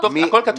הכול כתוב.